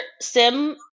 Sim